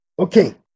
Okay